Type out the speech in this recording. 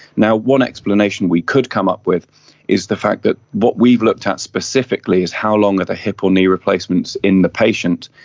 one explanation we could come up with is the fact that what we've looked at specifically is how long are the hip or knee replacements in the patient.